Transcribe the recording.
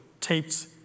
tapes